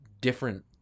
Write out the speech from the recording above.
different